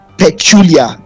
peculiar